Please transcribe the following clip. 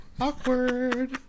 awkward